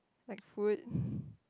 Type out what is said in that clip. like food